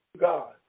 God